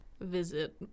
visit